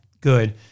good